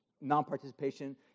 non-participation